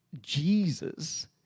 Jesus